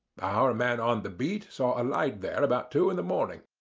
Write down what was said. our man on the beat saw a light there about two in the morning,